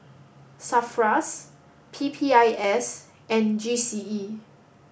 SAFRAS P P I S and G C E